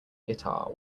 guitar